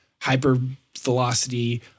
Hypervelocity